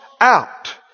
out